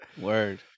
word